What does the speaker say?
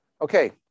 Okay